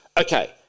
Okay